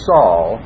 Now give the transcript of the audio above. Saul